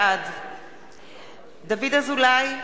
בעד דוד אזולאי,